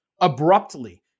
abruptly